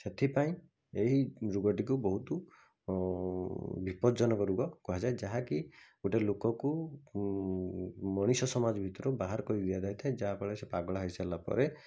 ସେଥିପାଇଁ ଏହି ରୋଗଟିକୁ ବହୁତ ବିପଦଜ୍ଜନକ ରୋଗ କୁହାଯାଏ ଯାହାକି ଗୋଟେ ଲୋକକୁ ମଣିଷ ସମାଜ ଭିତରୁ ବାହାର କରି ଦିଆଯାଇଥାଏ ଯାହାଫଳରେ ସିଏ ପାଗଳା ହେଇ ସାରିଲାପରେ